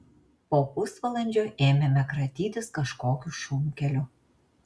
po pusvalandžio ėmėme kratytis kažkokiu šunkeliu